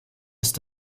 ist